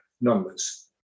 numbers